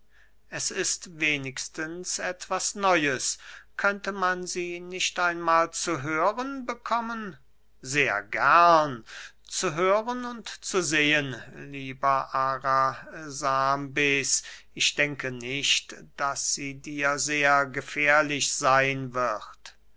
es ist wenigstens etwas neues könnte man sie nicht einmahl zu hören bekommen sehr gern zu hören und zu sehen lieber arasambes ich denke nicht daß sie dir sehr gefährlich seyn wird